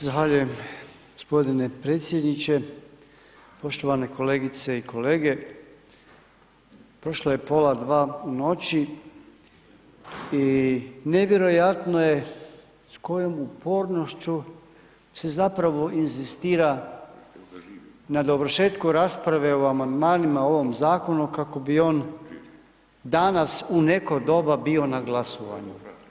Zahvaljujem gospodine predsjedniče, poštovane kolegice i kolege, prošlo je pola dva u noći i nevjerojatno je s kojom upornošću se zapravo inzistira na dovršetku rasprave o amandmanima o ovom zakonu kako bi on danas u neko doba bio na glasovanju.